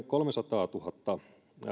kolmesataatuhatta